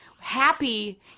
Happy